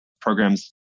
programs